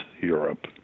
Europe